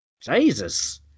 Jesus